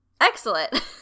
Excellent